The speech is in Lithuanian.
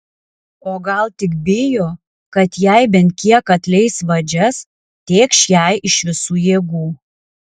o gal tik bijo kad jei bent kiek atleis vadžias tėkš ją iš visų jėgų